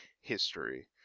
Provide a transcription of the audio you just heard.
history